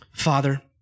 Father